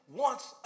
wants